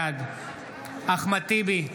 בעד אחמד טיבי,